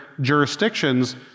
jurisdictions